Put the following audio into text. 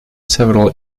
several